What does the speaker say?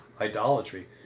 idolatry